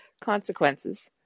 consequences